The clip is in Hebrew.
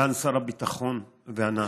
סגן שר הביטחון וענת,